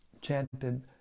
chanted